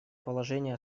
положение